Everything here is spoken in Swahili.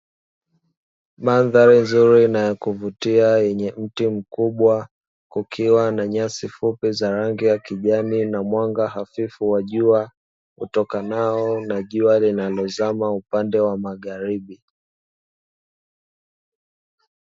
Mandhari nzuri na ya kuvutia yenye mti mkubwa kukiwa na nyasi fupi za rangi ya kijani na mwanga hafifu wa jua utokanao na jua linalozama upande wa magharibi.